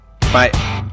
Bye